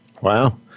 Wow